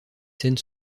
scènes